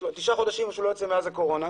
תשעה חודשים הוא לא יצא, מאז הקורונה,